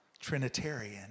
Trinitarian